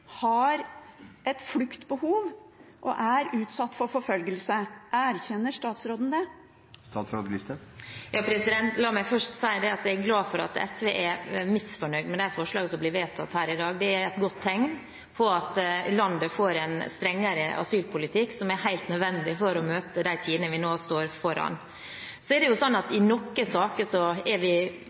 har et fluktbehov og er utsatt for forfølgelse. Erkjenner statsråden det? La meg først si at jeg er glad for at SV er misfornøyd med de forslagene som blir vedtatt her i dag. Det er et godt tegn på at landet får en strengere asylpolitikk, noe som er helt nødvendig for å møte de tidene vi nå står foran. Så er det slik at i noen saker er vi